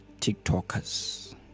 tiktokers